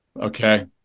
Okay